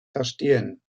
verstehen